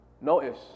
Notice